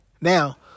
Now